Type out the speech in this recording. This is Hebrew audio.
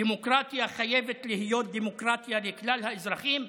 דמוקרטיה חייבת להיות דמוקרטיה לכלל האזרחים,